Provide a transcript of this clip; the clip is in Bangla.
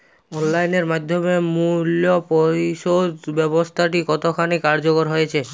অনলাইন এর মাধ্যমে মূল্য পরিশোধ ব্যাবস্থাটি কতখানি কার্যকর হয়েচে?